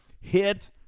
hit